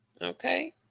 Okay